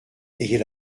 ayez